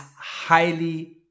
highly